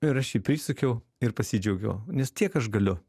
ir aš jį prisukiau ir pasidžiaugiau nes tiek aš galiu